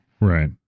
right